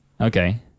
Okay